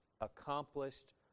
accomplished